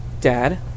Dad